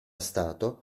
stato